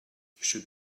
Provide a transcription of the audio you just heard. should